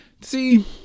See